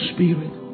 Spirit